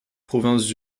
provinces